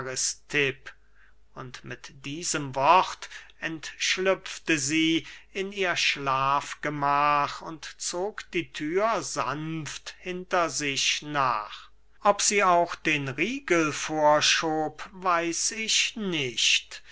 und mit diesem wort entschlüpfte sie in ihr schlafgemach und zog die thür sanft hinter sich nach ob sie auch den riegel vorschob weiß ich nicht